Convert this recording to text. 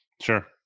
Sure